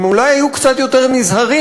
הם אולי היו קצת יותר נזהרים.